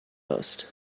most